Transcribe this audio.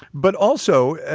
but also,